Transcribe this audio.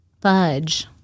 fudge